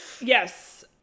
yes